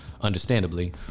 understandably